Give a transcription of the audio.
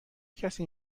کسی